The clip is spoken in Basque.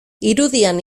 irudian